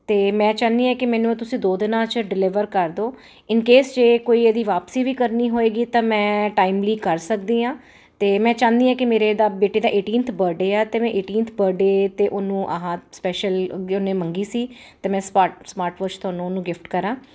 ਅਤੇ ਮੈਂ ਚਾਹੁੰਦੀ ਹਾਂ ਕਿ ਮੈਨੂੰ ਇਹ ਤੁਸੀਂ ਦੋ ਦਿਨਾਂ 'ਚ ਡਿਲੀਵਰ ਕਰ ਦੋ ਇਨ ਕੇਸ ਜੇ ਕੋਈ ਇਹਦੀ ਵਾਪਸੀ ਵੀ ਕਰਨੀ ਹੋਏਗੀ ਤਾਂ ਮੈਂ ਟਾਈਮਲੀ ਕਰ ਸਕਦੀ ਹਾਂ ਅਤੇ ਮੈਂ ਚਾਹੁੰਦੀ ਆ ਕਿ ਮੇਰੇ ਇਹਦਾ ਬੇਟੇ ਦਾ ਏਟੀਂਨਥ ਬਰਥਡੇ ਆ ਅਤੇ ਮੈਂ ਏਟੀਨਥ ਬਰਥਡੇ 'ਤੇ ਹੁਣ ਆਹ ਸਪੈਸ਼ਲ ਉਹਨੇ ਮੰਗੀ ਸੀ ਅਤੇ ਮੈਂ ਸਮਾਰਟ ਸਮਾਰਟ ਵਾਚ ਤੁਹਾਨੂੰ ਉਹਨੂੰ ਗਿਫਟ ਕਰਾਂ